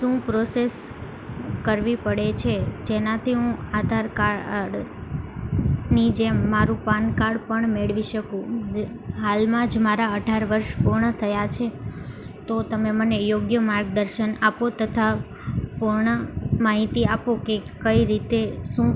શું પ્રોસેસ કરવી પડે છે જેનાથી હું આધાર કાર્ડની જેમ મારું પાનકાર્ડ પણ મેળવી શકું હાલમાં જ મારા અઢાર વર્ષ પૂર્ણ થયાં છે તો તમે મને યોગ્ય માર્ગદર્શન આપો તથા પૂર્ણ માહિતી આપો કે કઈ રીતે શું